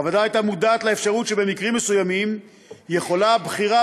הוועדה הייתה מודעת לאפשרות שבמקרים מסוימים יכולה הבחירה